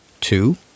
Two